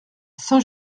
saint